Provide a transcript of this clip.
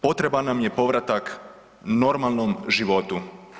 Potreban nam je povratak normalnom životu.